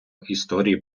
історії